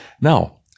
Now